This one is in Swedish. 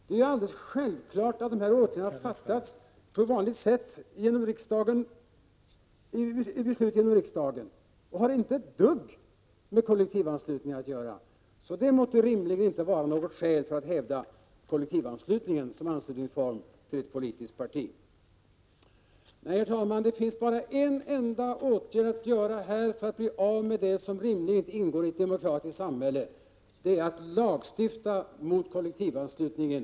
Det är ju alldeles självklart att åtgärderna i fråga har beslutats på vanligt sätt, dvs. i riksdagen. Detta har således inte ett dugg med kollektivanslutningen att göra och kan därför rimligen inte vara något skäl för kollektivanslutning till ett politiskt parti. Nej, herr talman, det finns bara en enda åtgärd att vidta i detta sammanhang, om vi vill bli av med en sak som rimligen inte ingår i ett demokratiskt samhälle, och det är att lagstifta mot kollektivanslutningen.